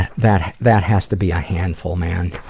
that, that has to be a handful, man.